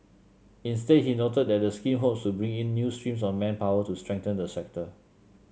instead he noted that the scheme hopes to bring in new streams of manpower to strengthen the sector